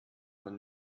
von